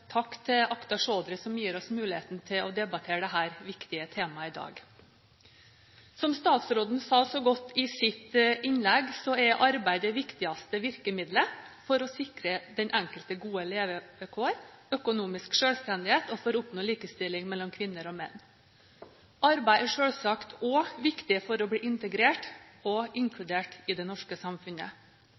Takk til Akhtar Chaudhry, som gir oss muligheten til å debattere dette viktige temaet i dag. Som statsråden sa så godt i sitt innlegg, er arbeid det viktigste virkemiddelet for å sikre den enkelte gode levevilkår og økonomisk selvstendighet og for å oppnå likestilling mellom kvinner og menn. Arbeid er selvsagt òg viktig for å bli integrert og inkludert i det norske samfunnet.